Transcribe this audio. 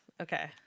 Okay